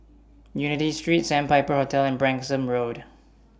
Unity Street Sandpiper Hotel and Branksome Road